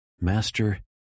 Master